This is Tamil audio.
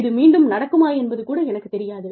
இது மீண்டும் நடக்குமா என்பது கூட எனக்குத் தெரியாது